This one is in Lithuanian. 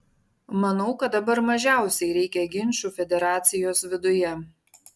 manau kad dabar mažiausiai reikia ginčų federacijos viduje